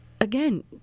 again